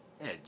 Edge